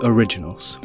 Originals